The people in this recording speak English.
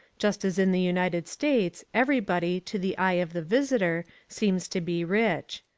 just as in the united states everybody, to the eye of the visitor, seems to be rich.